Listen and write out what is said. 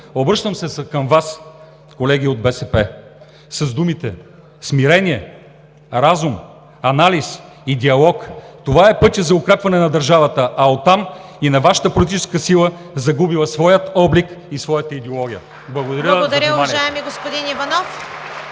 Обръщам се към Вас, колеги от БСП, с думите: смирение, разум, анализ и диалог. Това е пътят за укрепване на държавата, а оттам и на Вашата политическа сила, загубила своя облик и своята идеология. Благодаря за вниманието.